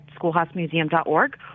schoolhousemuseum.org